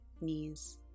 knees